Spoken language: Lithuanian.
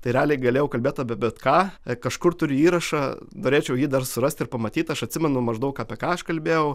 tai realiai galėjau kalbėt bet ką kažkur turiu įrašą norėčiau jį dar surast ir pamatyt aš atsimenu maždaug apie ką aš kalbėjau